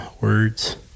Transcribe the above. words